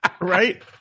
right